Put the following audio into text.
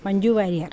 Manju Warrier